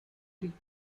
greek